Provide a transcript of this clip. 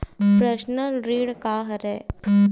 Personal ऋण का हरय?